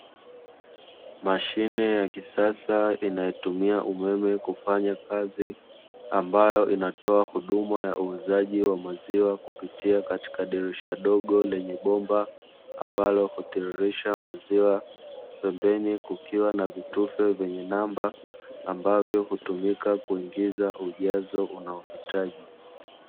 Mashine ya kisasa inayotumia umeme kufanya kazi ambayo inatumia hufuma ya uuzaji wa maziwa kupitia katika dirisha dogo lenye bomba, ambalo hutiririsha maziwa pembeni kutia na vitufe vyenye namba ambavyo hutumika kuingiza ujazo unaohitaji.